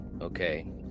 okay